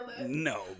no